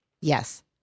Yes